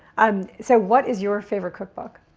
um so what is your favorite cookbook?